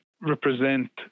represent